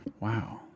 wow